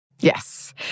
Yes